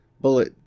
bullet